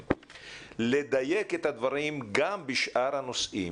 לדייק את הדברים גם בשאר הנושאים,